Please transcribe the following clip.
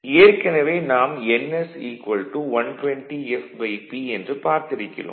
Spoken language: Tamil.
ஏற்கனவே நாம் ns 120fP என்று பார்த்திருக்கிறோம்